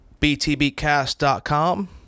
btbcast.com